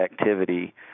activity